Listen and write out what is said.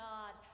God